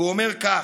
והוא אומר כך: